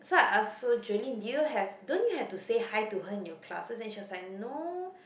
so I ask so Jolene did you have don't you have to say hi to her in your classes and she was like no